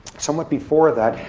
somewhat before that.